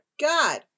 God